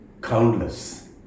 countless